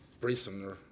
prisoner